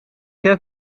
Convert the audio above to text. heb